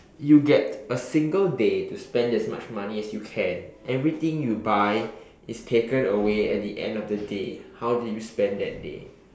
you get a single day to spend as much money as you can everything you buy is taken away at the end of the day how do you spend that day